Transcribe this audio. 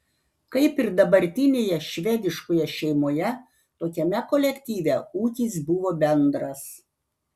kaip ir dabartinėje švediškoje šeimoje tokiame kolektyve ūkis buvo bendras